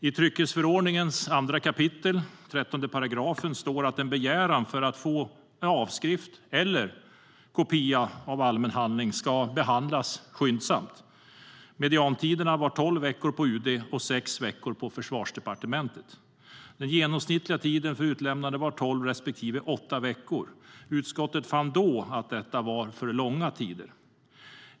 I tryckfrihetsförordningens 2 kap. 13 § står det att en begäran att få avskrift eller kopia av allmän handling ska behandlas skyndsamt. Mediantiderna var tolv veckor på UD och sex veckor på Försvarsdepartementet. Den genomsnittliga tiden för utlämnande var tolv respektive åtta veckor. Utskottet fann då att detta var för långa tider.